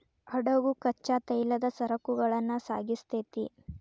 ಹಡಗು ಕಚ್ಚಾ ತೈಲದ ಸರಕುಗಳನ್ನ ಸಾಗಿಸ್ತೆತಿ